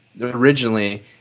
originally